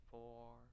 four